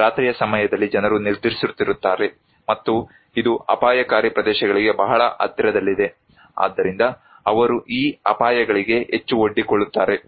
ರಾತ್ರಿಯ ಸಮಯದಲ್ಲಿ ಜನರು ನಿದ್ರಿಸುತ್ತಿರುತ್ತಾರೆ ಮತ್ತು ಇದು ಅಪಾಯಕಾರಿ ಪ್ರದೇಶಗಳಿಗೆ ಬಹಳ ಹತ್ತಿರದಲ್ಲಿದೆ ಆದ್ದರಿಂದ ಅವರು ಈ ಅಪಾಯಗಳಿಗೆ ಹೆಚ್ಚು ಒಡ್ಡಿಕೊಳ್ಳುತ್ತಾರೆ